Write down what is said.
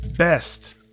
best